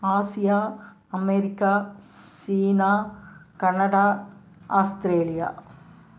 Asia America China Canada Australia